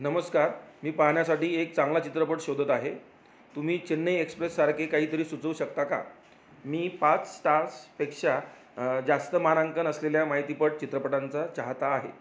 नमस्कार मी पाहण्यासाठी एक चांगला चित्रपट शोधत आहे तुम्ही चेन्नई एक्सप्रेससारखे काहीतरी सुचवू शकता का मी पाच स्टार्सपेक्षा जास्त मानांकन असलेल्या माहितीपट चित्रपटांचा चाहता आहे